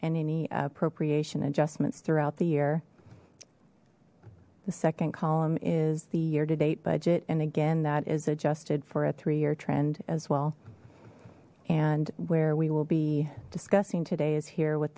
and any appropriation adjustments throughout the year the second column is the year to date budget and again that is adjusted for a three year trend as well and where we will be discussing today is here with